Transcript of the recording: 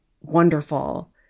wonderful